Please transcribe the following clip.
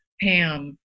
Pam